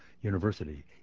University